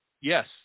Yes